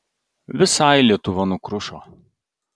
visai lietuva nukrušo